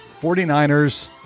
49ers